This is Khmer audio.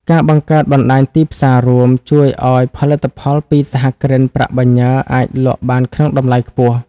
ការបង្កើត "បណ្ដាញទីផ្សាររួម" ជួយឱ្យផលិតផលពីសហគ្រិនប្រាក់បញ្ញើអាចលក់បានក្នុងតម្លៃខ្ពស់។